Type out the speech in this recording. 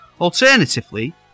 Alternatively